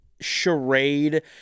charade